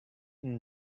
and